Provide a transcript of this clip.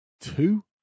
Two